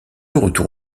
retour